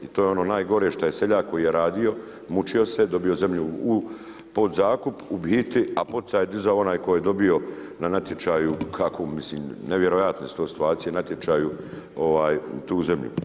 I to je ono najgore da je seljak koji je radio, mučio se dobio zemlju u podzakup u biti, a poticaj dizao onaj koji je dobio na natječaju, kako mislim nevjerojatne su to situacije, na natječaju tu zemlju.